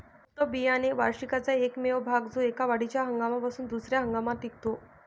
सुप्त बियाणे वार्षिकाचा एकमेव भाग जो एका वाढीच्या हंगामापासून दुसर्या हंगामात टिकतो